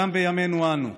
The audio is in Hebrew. גם בימינו אנו.